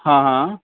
हां हां